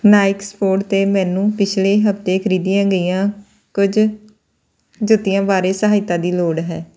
ਨਾਇਕ support 'ਤੇ ਮੈਨੂੰ ਪਿਛਲੇ ਹਫ਼ਤੇ ਖਰੀਦੀਆਂ ਗਈਆਂ ਕੁਝ ਜੁੱਤੀਆਂ ਬਾਰੇ ਸਹਾਇਤਾ ਦੀ ਲੋੜ ਹੈ